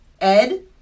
Ed